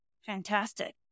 Fantastic